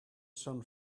sun